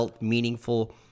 meaningful